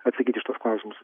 atsakyt į šituos klausimus